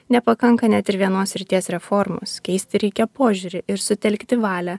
nepakanka net ir vienos srities reformos keisti reikia požiūrį ir sutelkti valią